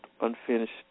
Unfinished